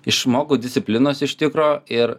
išmokau disciplinos iš tikro ir